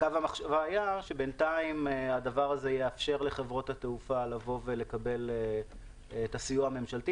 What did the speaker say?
ובינתיים הדבר יאפשר לחברות התעופה לקבל את הסיוע הממשלתי.